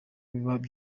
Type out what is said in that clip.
biba